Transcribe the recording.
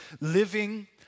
living